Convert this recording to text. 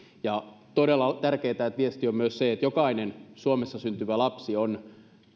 on todella tärkeätä että viesti on myös se että jokainen suomessa syntyvä lapsi on